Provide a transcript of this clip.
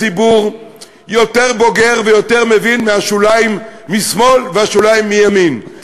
הציבור יותר בוגר ויותר מבין מהשוליים משמאל והשוליים מימין,